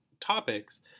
topics